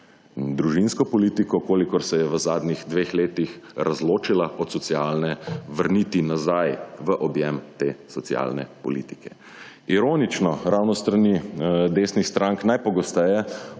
družinsko politiko, kolikor se je v zadnjih dveh letih razločila od socialne, vrniti nazaj v objem te socialne politike. Ironično ravno s strani desnih strank najpogosteje